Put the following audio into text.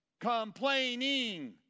complaining